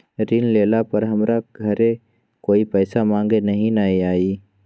ऋण लेला पर हमरा घरे कोई पैसा मांगे नहीं न आई?